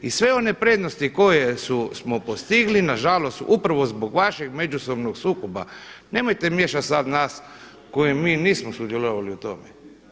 I sve one prednosti koje smo postigli na žalost upravo zbog vašeg međusobnog sukoba, nemojte miješat sad nas koji mi nismo sudjelovali u tome.